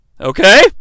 Okay